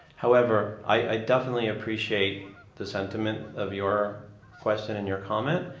however, i definitely appreciate the sentiment of your question and your comment.